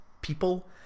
people